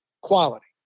quality